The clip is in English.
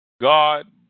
God